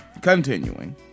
Continuing